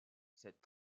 cette